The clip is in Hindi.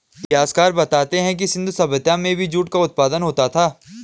इतिहासकार बतलाते हैं कि सिन्धु सभ्यता में भी जूट का उत्पादन होता था